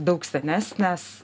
daug senesnės